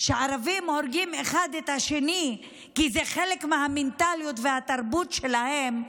שערבים הורגים אחד את השני כי זה חלק מהמנטליות והתרבות שלהם,